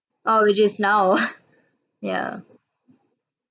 oh which is now yeah